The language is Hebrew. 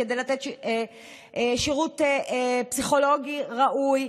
כדי לתת שירות פסיכולוגי ראוי.